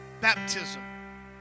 Baptism